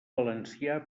valencià